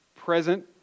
present